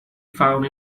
found